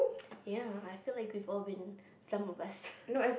ya I feel like we've all been some of us